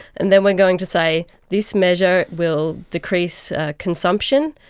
and then we're going to say this measure will decrease consumption,